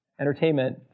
entertainment